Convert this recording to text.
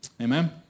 Amen